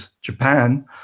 Japan